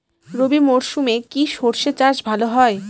রবি মরশুমে কি সর্ষে চাষ ভালো হয়?